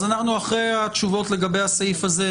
אז אנחנו אחרי התשובות לסעיף הזה,